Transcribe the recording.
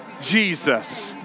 Jesus